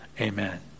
amen